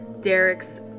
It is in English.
Derek's